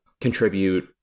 contribute